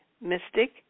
mystic